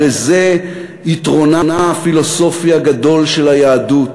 הרי זה יתרונה הפילוסופי הגדול של היהדות,